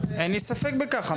אין לי ספק בכך.